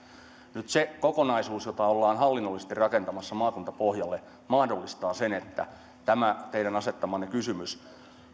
nyt se kokonaisuus jota ollaan hallinnollisesti rakentamassa maakuntapohjalle mahdollistaa sen että tämä teidän asettamanne kysymys